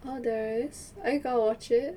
oh there is are you gonna watch it